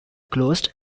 closed